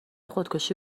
خودکشی